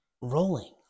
rolling